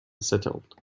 settled